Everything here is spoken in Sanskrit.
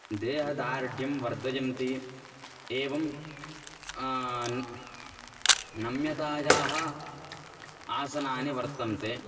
देहदार्ढ्यं वर्धयन्ते एवं नम्यतायाः आसनानि वर्तन्ते